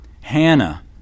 Hannah